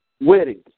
weddings